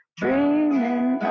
dreaming